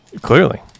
Clearly